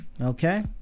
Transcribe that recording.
okay